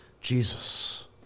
Jesus